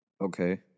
Okay